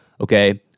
okay